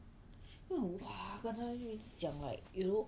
lun !wah! 跟她去讲 like you know